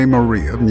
Maria